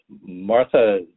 Martha